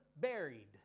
buried